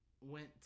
went